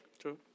True